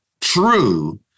True